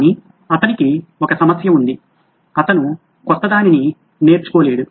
కానీ అతనికి ఒక సమస్య ఉంది అతను క్రొత్తదాన్ని నేర్చుకోలేడు